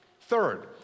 Third